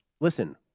listen